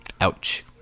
Ouch